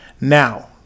Now